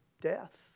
death